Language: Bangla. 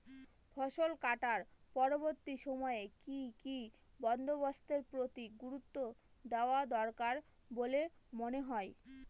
ফসলকাটার পরবর্তী সময়ে কি কি বন্দোবস্তের প্রতি গুরুত্ব দেওয়া দরকার বলে মনে হয়?